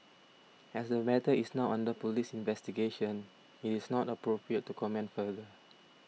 as the matter is now under police investigation it is not appropriate to comment further